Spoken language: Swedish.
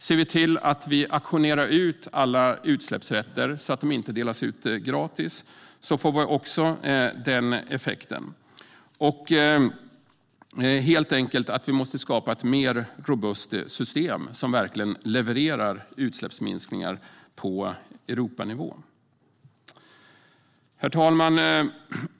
Ser vi till att vi auktionerar ut alla utsläppsrätter så att de inte delas ut gratis får vi också den effekten. Vi måste helt enkelt skapa ett mer robust system som verkligen levererar utsläppsminskningar på Europanivå. Herr talman!